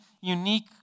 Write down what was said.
unique